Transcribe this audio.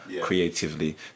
creatively